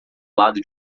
lado